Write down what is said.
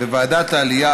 בוועדת העלייה,